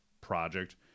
project